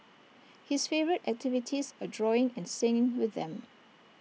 his favourite activities are drawing and singing with them